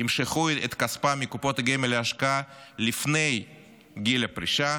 ימשכו כספים מקופות גמל להשקעה לפני גיל הפרישה,